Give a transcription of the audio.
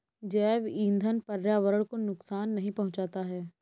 जैव ईंधन पर्यावरण को नुकसान नहीं पहुंचाता है